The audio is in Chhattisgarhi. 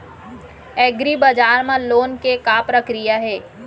एग्रीबजार मा लोन के का प्रक्रिया हे?